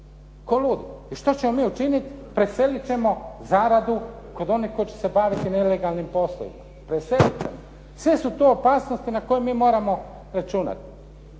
tražiti. I što ćemo mi učiniti? Preselit ćemo zaradu kod onih koji će se baviti nelegalnim poslovima. …/Govornik se ne razumije./… Sve su to opasnosti na koje mi moramo računati.